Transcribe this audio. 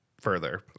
further